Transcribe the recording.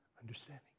understanding